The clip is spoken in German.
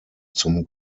zum